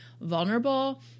vulnerable